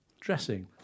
dressing